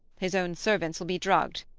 his own servants will be drugged.